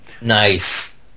Nice